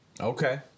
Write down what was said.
Okay